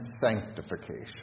sanctification